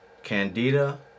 candida